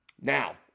Now